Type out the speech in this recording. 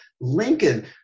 Lincoln